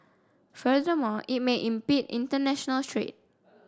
furthermore it may impede international trade